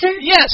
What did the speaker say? Yes